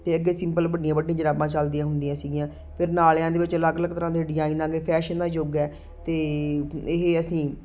ਅਤੇ ਅੱਗੇ ਸਿੰਪਲ ਵੱਡੀਆਂ ਵੱਡੀਆਂ ਜੁਰਾਬਾਂ ਚੱਲਦੀਆਂ ਹੁੰਦੀਆਂ ਸੀਗੀਆਂ ਫਿਰ ਨਾਲਿਆਂ ਦੇ ਵਿੱਚ ਅਲੱਗ ਅਲੱਗ ਤਰ੍ਹਾਂ ਦੇ ਡਿਜਾਈਨ ਆ ਗਏ ਫੈਸ਼ਨ ਦਾ ਯੁੱਗ ਹੈ ਅਤੇ ਇਹ ਅਸੀਂ